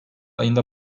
ayında